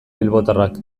bilbotarrak